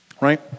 right